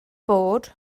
bod